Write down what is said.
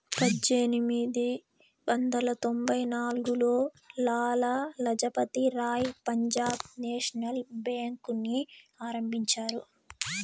పజ్జేనిమిది వందల తొంభై నాల్గులో లాల లజపతి రాయ్ పంజాబ్ నేషనల్ బేంకుని ఆరంభించారు